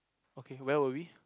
okay where were we